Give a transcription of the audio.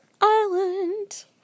Island